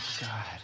God